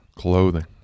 clothing